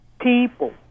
people